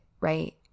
right